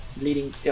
leading